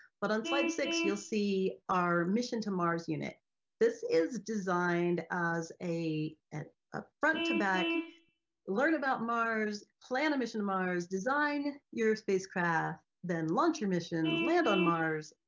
but on slide six you'll see our mission to mars unit this is designed as a and a front to back learn about mars, plan a mission to mars, design your spacecraft, then launch your mission, land on mars,